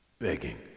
begging